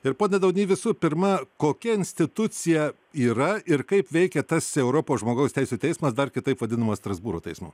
ir pone daunį visų pirma kokia institucija yra ir kaip veikia tas europos žmogaus teisių teismas dar kitaip vadinamas strasbūro teismu